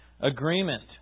agreement